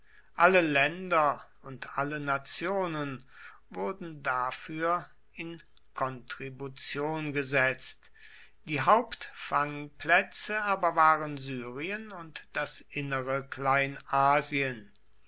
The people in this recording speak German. alle länder und alle nationen wurden dafür in kontribution gesetzt die hauptfangplätze aber waren syrien und das innere